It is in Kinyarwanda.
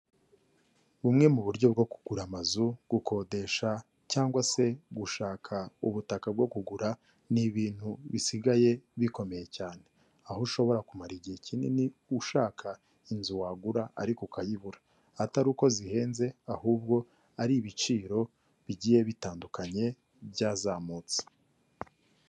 Bumwe mu buryo bwo kugura amazu, gukodesha cyangwa se gushaka ubutaka bwo kugura n'ibintu bisigaye bikomeye cyane, aho ushobora kumara igihe kinini ushaka inzu wagura ariko ukayibura, atari uko zihenze ahubwo ari ibiciro bigiye bitandukanye byazamutse.